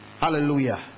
Hallelujah